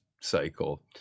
cycle